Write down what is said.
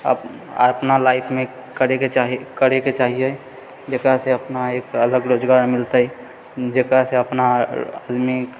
अपना लाइफमे करएके चाही करएके चाहिए जेकरासँ अपना एक अलग रोजगार मिलतै जेकरासँ अपना आदमी